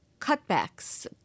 cutbacks